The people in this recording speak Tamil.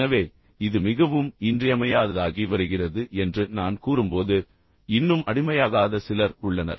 எனவே இது மிகவும் இன்றியமையாததாகி வருகிறது என்று நான் கூறும்போது இன்னும் அடிமையாகாத சிலர் உள்ளனர்